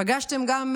פגשתם גם,